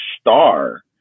star